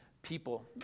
people